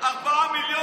אתן לך תשובה.